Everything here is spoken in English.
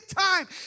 time